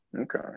Okay